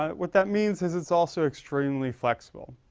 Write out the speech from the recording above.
ah what that means is is also extremely flexible